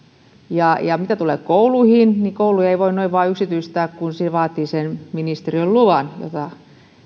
valvotaan ja mitä tulee kouluihin niin kouluja ei voi noin vain yksityistää kun se vaatii sen ministeriön luvan